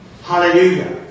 Hallelujah